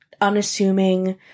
unassuming